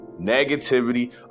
negativity